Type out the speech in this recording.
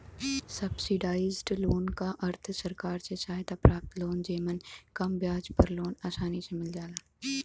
subsidised loan क अर्थ सरकार से सहायता प्राप्त लोन जेमन कम ब्याज पर लोन आसानी से मिल जाला